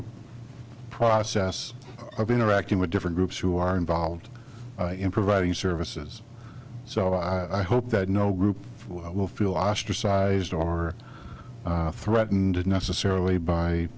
a process i'll be interacting with different groups who are involved in providing services so i hope that no group will feel ostracized or threatened necessarily by